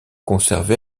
conservé